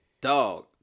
dog